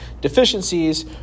deficiencies